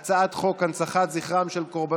להעביר לוועדה את הצעת חוק הפיקוח על יצוא ביטחוני (תיקון,